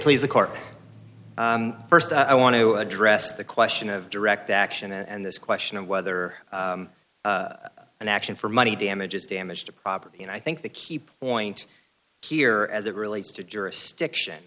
please the court first i want to address the question of direct action and this question of whether an action for money damages damage to property and i think the key point here as it relates to jurisdiction